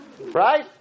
Right